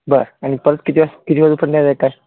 बरं आणि परत किती वाज किती काय